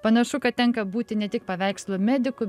panašu kad tenka būti ne tik paveikslų medikui